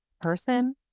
person